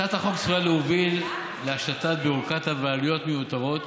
הצעת החוק צפויה להוביל להשתת ביורוקרטיה ועלויות מיותרות